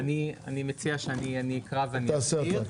אני מציע שאקרא ואסביר.